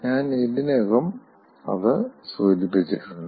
ഞാൻ ഇതിനകം അത് സൂചിപ്പിച്ചിട്ടുണ്ട്